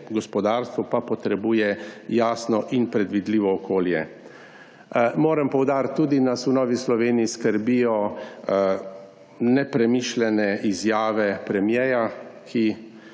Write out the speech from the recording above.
gospodarstvo pa potrebuje jasno in predvidljivo okolje. Moram poudariti, da nas v Novi Sloveniji tudi skrbijo nepremišljene izjave premierja, ki